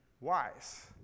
wise